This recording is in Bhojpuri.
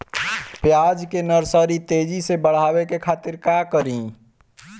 प्याज के नर्सरी तेजी से बढ़ावे के खातिर का करी?